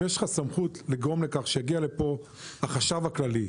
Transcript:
האם יש לך סמכות לגרום לכך שיגיע לפה החשב הכללי,